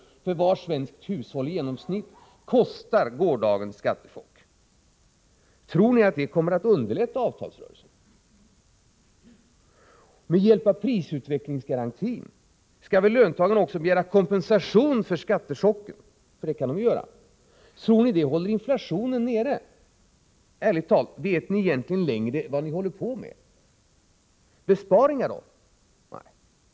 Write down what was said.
per hushåll. Så mycket kostar gårdagens skattechock. Tror ni att det kommer att underlätta avtalsrörelsen? Med hjälp av prisutvecklingsgarantin skall väl löntagarna också begära kompensation för skattechocken, för det kan de göra. Tror ni det håller inflationen nere? Ärligt talat: Vet ni egentligen längre vad ni håller på med? Besparingar då?